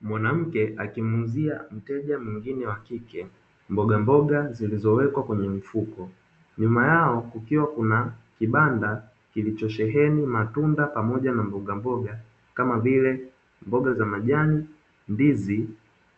Mwanamke akimuuzia mteja mwingine wa kike, mbogamboga zilizowekwa kwenye mfuko, nyuma yao kukiwa kuna kibanda kilichosheheni matunda pamoja na mbogamboga kama vile; mboga za majani, ndizi,